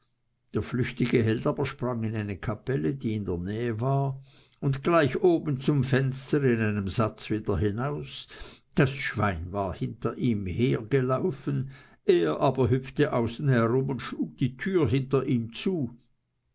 der flüchtige held aber sprang in eine kapelle die in der nähe war und gleich oben zum fenster in einem satze wieder hinaus das schwein war hinter ihm hergelaufen er aber hüpfte außen herum und schlug die türe hinter ihm zu